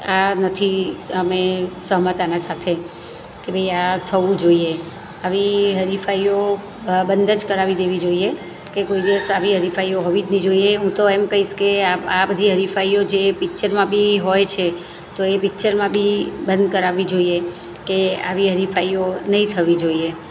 આ નથી અમે સહમત આના સાથે કે ભાઈ આ થવું જોઈએ આવી હરીફાઈઓ બંદ જ કરાવી દેવી જોઈએ કે કોઈ દિવસ આવી હરીફાઈઓ હોવીજ નહીં જોઈએ હું તો એમ કહીશ કે આ આ બધી હરિફાઇઓ જે પિચ્ચરમાં બી હોય છે તો એ પિચ્ચરમાં બી બંધ કરાવી જોઈએ કે આવી હરીફાઈઓ નહીં થવી જોઈએ